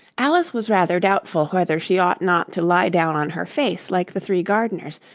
alice was rather doubtful whether she ought not to lie down on her face like the three gardeners,